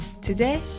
Today